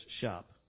shop